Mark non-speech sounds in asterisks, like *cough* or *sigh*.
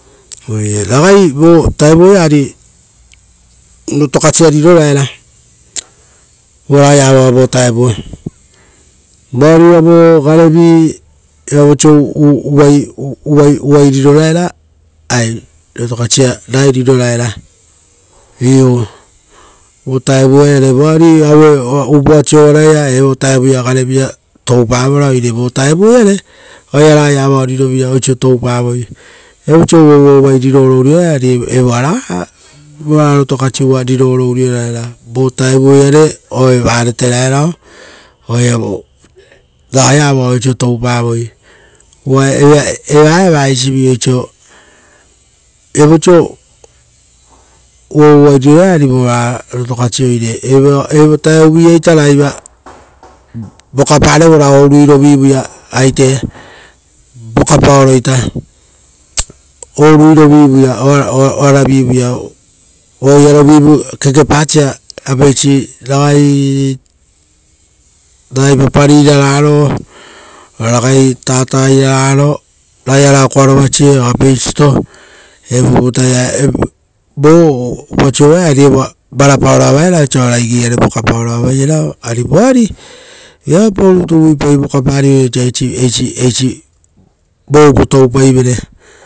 Oire ragai vo vutao ia ari rotokas ia riro raera. Uva ragai a vao vutao vo taevu vo voari vogarevi, viapau oiso uvai riro raera, ari ragai rotokasi ia riro raera. Iu vovutao iare, voari upoa sovaraia evo vutaia gare vira toupavora, oire vo vutao iare, oaia ragai avao rirovira oiso toupavoi. Viapau oiso uvavuavu riro oro urio raera ari evoa raga evoa rotokasi uva riro oro urio raera, vo vutao iare oaia maret riako ourae rao-oa iava ragai avao oiso toupavoi. Uva eva eisi vi oiso, viapau oiso uvavuavu vai riro raera, ari voraga rotokasi, oire evo vutavia ragaiva voka parevora ourui rovi vuia aite, vokapaoro ita, *noise* ouruirovi vuia, ora vivu ia, oearovi kekepasa apeisa ragai ragai papari irararo, ora ragai tata irararo, ragai arakoaro vase o apeisito. Evo vuta ia, vo, upoa sovaraia ari evoa vara paoro avaera ari evoari, viapau rutu uvuipau ra vokapari, vosa eisi vo upo toupaivere.